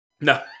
No